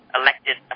elected